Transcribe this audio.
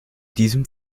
diesem